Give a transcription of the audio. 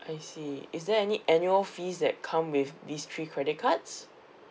I see is there annual fees that come with these three credit cards